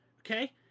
okay